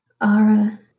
Ara